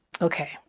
okay